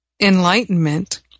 enlightenment